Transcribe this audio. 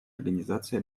организации